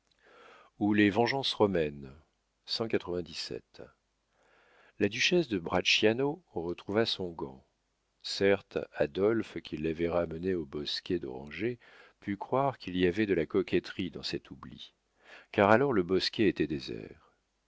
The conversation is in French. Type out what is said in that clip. ou les vengeances romaines la duchesse de bracciano retrouva son gant certes adolphe qui l'avait ramenée au bosquet d'orangers put croire qu'il y avait de la coquetterie dans cet oubli car alors le bosquet était désert